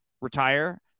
retire